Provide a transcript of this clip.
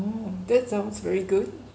that sounds very good